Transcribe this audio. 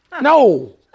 No